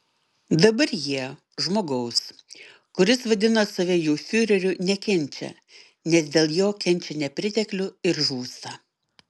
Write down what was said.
dabar jie žmogaus kuris vadina save jų fiureriu nekenčia nes dėl jo kenčia nepriteklių ir žūsta